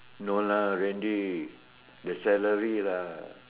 no lah randy the salary lah